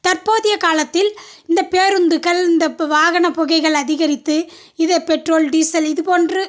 தற்போதைய காலத்தில இந்த பேருந்துக்கள் இந்த வாகன புகைகள் அதிகரித்து இது பெட்ரோல் டீசல் இது போன்று